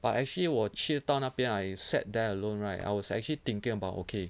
but actually 我去到那边 I sat there alone right I was actually thinking about okay